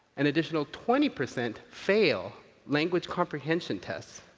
an additional twenty percent fail language comprehension tests.